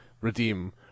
redeem